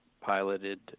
piloted